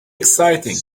exciting